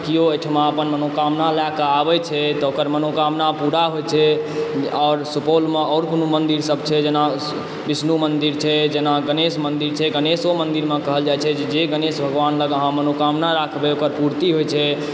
केओ अहिठमा अपन मनोकामना लएके आबय छै तऽ ओकर मनोकमना पूरा होइत छै आओर सुपौलमे आओर कोनो मन्दिरसभ छै जेना विष्णु मन्दिर छै जेना गणेश मन्दिर छै गणेशो मन्दिरमे कहल जाइ छै जे गणेश भगवान लग अहाँ मनोकामना राखबय ओकर पूर्ति होइत छै